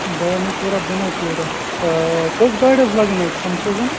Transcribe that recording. بانٛڈی پورہ بنان کوڑا کٔژ گاڑِ حظ لگان اَتہِ کَم سے کَم